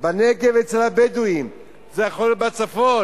בנגב אצל הבדואים, זה יכול להיות בצפון,